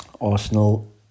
Arsenal